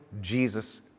Jesus